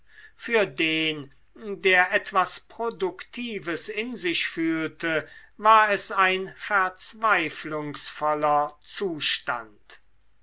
für den der etwas produktives in sich fühlte war es ein verzweiflungsvoller zustand